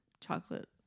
chocolate